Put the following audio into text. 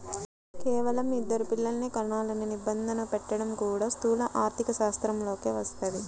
కేవలం ఇద్దరు పిల్లలనే కనాలనే నిబంధన పెట్టడం కూడా స్థూల ఆర్థికశాస్త్రంలోకే వస్తది